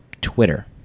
Twitter